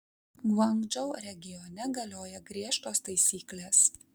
guangdžou regione galioja griežtos taisyklės